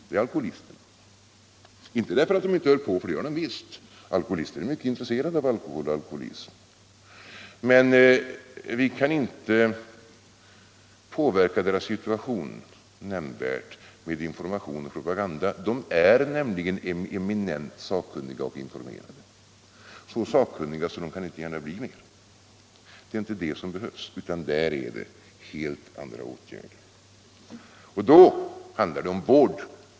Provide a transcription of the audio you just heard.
Det är alkoholisterna. Inte därför att de inte hör på, för det gör de visst —- alkoholister är mycket intresserade av alkohol och alkoholism - men därför att vi inte kan påverka deras situation nämnvärt med information och propaganda. De är nämligen eminent sakkunniga och informerade, så sakkunniga som de någonsin kan bli. Det är inte information som de behöver, utan för dem krävs helt andra åtgärder. Då handlar det om vård.